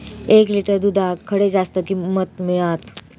एक लिटर दूधाक खडे जास्त किंमत मिळात?